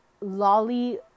Lolly